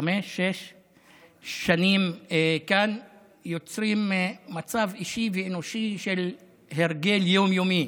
ש-46-45 שנים יוצרות כאן מצב אישי ואנושי של הרגל יום-יומי.